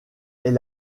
est